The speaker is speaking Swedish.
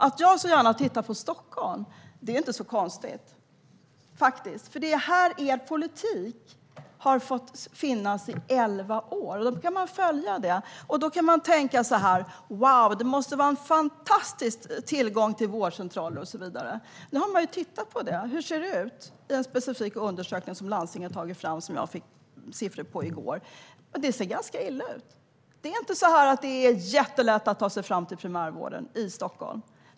Att jag gärna tittar på Stockholm är inte så konstigt, för det är här er politik har fått finnas i elva år. Då kan man följa detta, och då kan man tänka: Wow, det måste vara en fantastisk tillgång till vårdcentraler och så vidare. Nu har man tittat på hur det ser ut, i en specifik undersökning som landstinget har tagit fram. Jag fick siffror på det i går. Det ser ganska illa ut. Det är inte jättelätt att ta sig fram till primärvården i Stockholm.